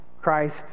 Christ